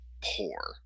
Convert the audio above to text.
poor